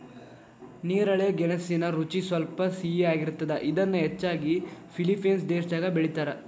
ನೇರಳೆ ಗೆಣಸಿನ ರುಚಿ ಸ್ವಲ್ಪ ಸಿಹಿಯಾಗಿರ್ತದ, ಇದನ್ನ ಹೆಚ್ಚಾಗಿ ಫಿಲಿಪೇನ್ಸ್ ದೇಶದಾಗ ಬೆಳೇತಾರ